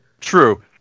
True